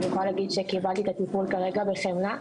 אני יכולה להגיד שקיבלתי את הטיפול כרגע בחמלה,